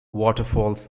waterfalls